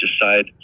decide